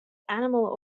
animal